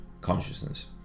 consciousness